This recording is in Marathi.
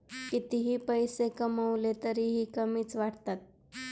कितीही पैसे कमावले तरीही कमीच वाटतात